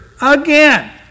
again